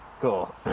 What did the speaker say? Cool